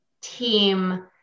team